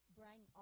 bring